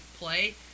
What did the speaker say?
play